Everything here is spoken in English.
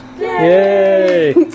Yay